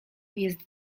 jest